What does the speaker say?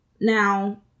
Now